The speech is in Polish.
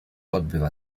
odbywa